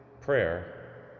prayer